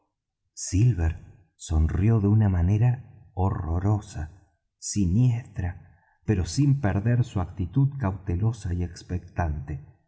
silver sonrió de una manera horrorosa siniestra pero sin perder su actitud cautelosa y expectante